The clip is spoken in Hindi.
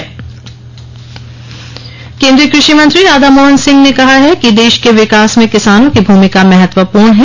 समापन समारोह केंद्रीय कृषि मंत्री राधा मोहन सिंह ने कहा है कि देश के विकास में किसानों की भूमिका महत्वपूर्ण है